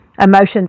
emotions